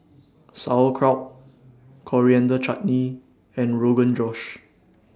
Sauerkraut Coriander Chutney and Rogan Josh